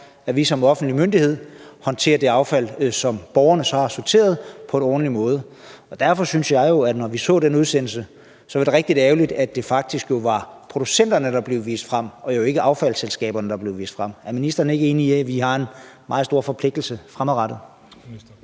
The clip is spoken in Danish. at vi som offentlig myndighed håndterer det affald, som borgerne har sorteret, på en ordentlig måde. Derfor synes jeg jo, at det var rigtig ærgerligt, at det faktisk var producenterne og ikke affaldsselskaberne, der blev vist frem i den tv-udsendelse. Er ministeren ikke enig i, at vi har en meget stor forpligtelse fremadrettet?